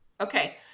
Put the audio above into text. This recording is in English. Okay